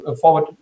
forward